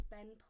Ben